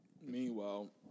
Meanwhile